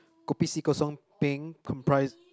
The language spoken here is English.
kopi C kosong peng comprise